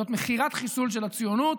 זאת מכירת חיסול של הציונות.